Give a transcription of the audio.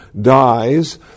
dies